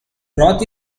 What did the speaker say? roth